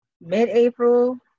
mid-april